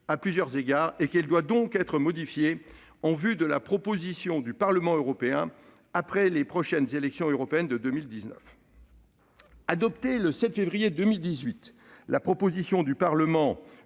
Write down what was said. à plusieurs égards et qu'elle doit donc être modifiée en vue de la composition du Parlement européen après les prochaines élections européennes, en 2019 ». La résolution du Parlement